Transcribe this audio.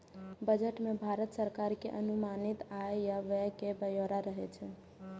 budget मे भारत सरकार के अनुमानित आय आ व्यय के ब्यौरा रहै छै